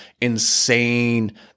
insane